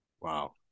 Wow